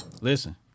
Listen